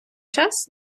час